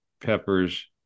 peppers